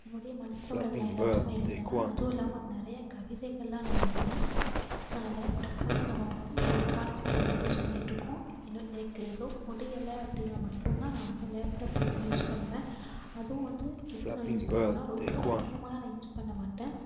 என்னுடைய மனசில் உள்ளது நான் எல்லாத்துமே எழுதுவேன் அதுவும் இல்லாம நிறையா கவிதைகள்லாம் நான் எழுதுவேன் அதில் தற்போது நம்ம வந்து இந்த காலத்தில் நம்ப யூஸ் பண்ணியிட்ருக்கோம் இன்னும் எனக்கு எதோ முடியலை அப்படின்னா மட்டுந்தான் நான் வந்து லேப்டாப் வந்து யூஸ் பண்ணுவேன் அதுவும் வந்து எதுக்கு நான் யூஸ் பண்ணிருவேன்னா ரொம்பலாம் அதிகமாலாம் நான் யூஸ் பண்ண மாட்டேன்